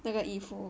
那个衣服